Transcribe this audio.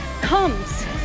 comes